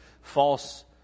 false